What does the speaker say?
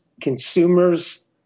consumers